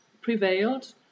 prevailed